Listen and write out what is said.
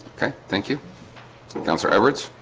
okay thank you councillor edwards